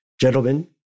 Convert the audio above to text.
gentlemen